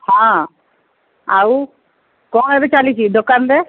ହଁ ଆଉ କ'ଣ ଏବେ ଚାଲିଛି ଦୋକାନରେ